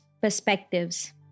perspectives